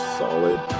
solid